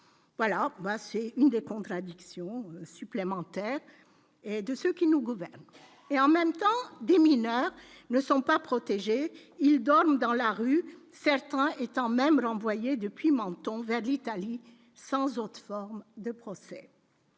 voilà bah, c'est une des contradictions supplémentaire et de ceux qui nous gouvernent et en même temps des mineurs ne sont pas protégés, ils dorment dans la rue, certains étant même l'employé depuis Menton vers d'Italie sans autre forme de procès